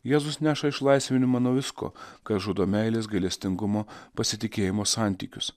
jėzus neša išlaisvinimą nuo visko kas žudo meilės gailestingumo pasitikėjimo santykius